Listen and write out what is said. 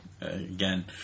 Again